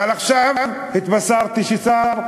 אבל עכשיו התבשרתי שהשר,